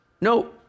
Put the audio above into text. no